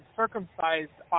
circumcised